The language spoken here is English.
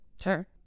Sure